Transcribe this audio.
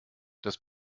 das